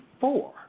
four